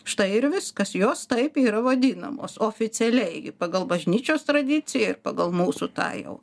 štai ir viskas jos taip yra vadinamos oficialiai pagal bažnyčios tradiciją ir pagal mūsų tą jau